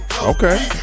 Okay